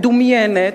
מדומיינת,